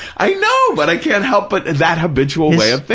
i know, but i can't help but that habitual way of